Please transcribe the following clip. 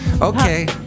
Okay